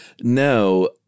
No